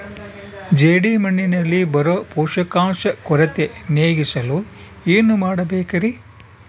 ಜೇಡಿಮಣ್ಣಿನಲ್ಲಿ ಬರೋ ಪೋಷಕಾಂಶ ಕೊರತೆ ನೇಗಿಸಲು ಏನು ಮಾಡಬೇಕರಿ?